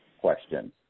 questions